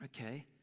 okay